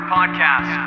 podcast